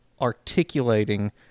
articulating